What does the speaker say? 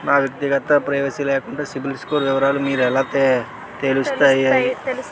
నా వ్యక్తిగత ప్రైవసీ లేకుండా సిబిల్ స్కోర్ వివరాలు మీకు ఎలా తెలుస్తాయి?